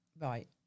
Right